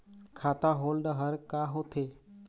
खाता होल्ड हर का होथे?